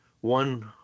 one